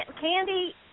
Candy